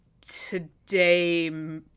today